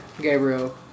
Gabriel